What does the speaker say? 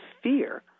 fear